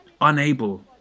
unable